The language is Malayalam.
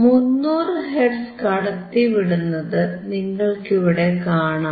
300 ഹെർട്സ് കടത്തിവിടുന്നത് നിങ്ങൾക്കിവിടെ കാണാം